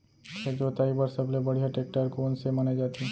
खेत जोताई बर सबले बढ़िया टेकटर कोन से माने जाथे?